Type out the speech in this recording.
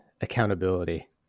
accountability